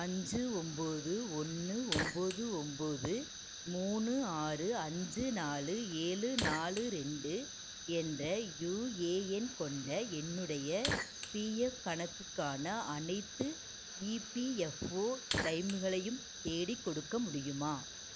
அஞ்சு ஒம்பது ஒன்று ஒம்பது ஒம்பது மூணு ஆறு அஞ்சு நாலு ஏழு நாலு ரெண்டு என்ற யுஏஎன் கொண்ட என்னுடைய பிஎஃப் கணக்குக்கான அனைத்து இபிஎஃப்ஓ க்ளைமுகளையும் தேடிக்கொடுக்க முடியுமா